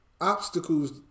obstacles